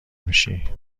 میشی